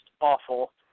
awful